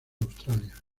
australia